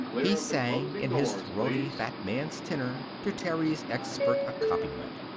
he sang, in his throaty, fat man's tenor, to terry's expert accompaniment.